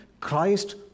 Christ